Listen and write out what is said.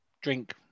drink